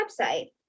website